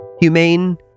Humane